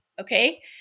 Okay